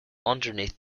underneath